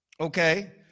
Okay